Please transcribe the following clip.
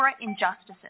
injustices